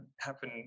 happen